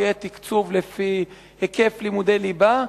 שיהיה תקצוב לפי היקף לימודי ליבה,